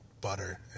butter